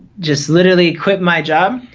just literally quit my job,